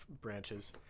branches